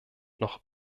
noch